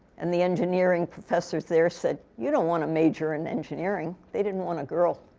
and the engineering professors there said, you don't want to major in engineering. they didn't want a girl.